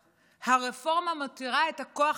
הרפורמה מותירה את הכוח כולו